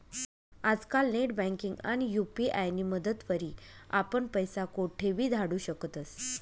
आजकाल नेटबँकिंग आणि यु.पी.आय नी मदतवरी आपण पैसा कोठेबी धाडू शकतस